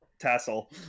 Tassel